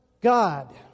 God